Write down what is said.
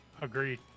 Agreed